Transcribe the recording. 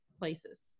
places